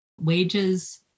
wages